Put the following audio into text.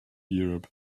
europe